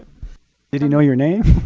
did he know your name?